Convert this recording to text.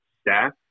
staff